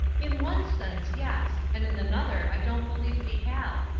in one sense, yes, and in another i don't believe we have.